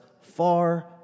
far